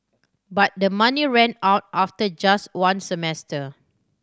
but the money ran out after just one semester